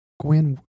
Gwen